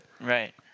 Right